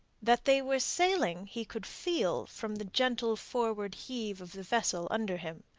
that they were sailing he could feel from the gentle forward heave of the vessel under him.